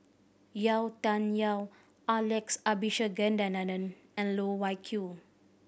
Yau Tian Yau Alex Abisheganaden and Loh Wai Kiew